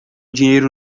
dinheiro